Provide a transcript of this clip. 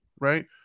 Right